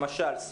למשל,